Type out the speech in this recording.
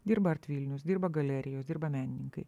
dirba art vilnius dirba galerijos dirba menininkai